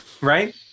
right